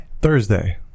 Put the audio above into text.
Thursday